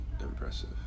impressive